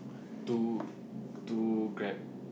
two two Grab